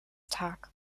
tag